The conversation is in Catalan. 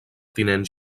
tinent